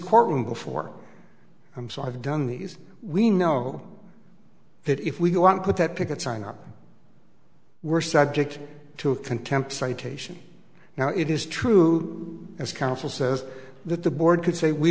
courtroom before i'm so i've done these we know that if we go on with that picket sign up we're subject to a contempt citation now it is true as counsel says that the board could say we